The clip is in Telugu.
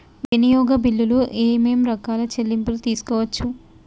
వినియోగ బిల్లులు ఏమేం రకాల చెల్లింపులు తీసుకోవచ్చు?